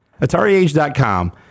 Atariage.com